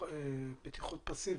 בטיחות פסיבית.